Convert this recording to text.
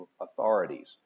authorities